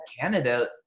Canada